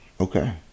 okay